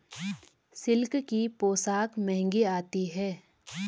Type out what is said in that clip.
silk की पोशाक महंगी आती है